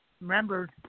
remember